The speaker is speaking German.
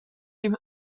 die